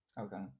Okay